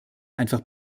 einfach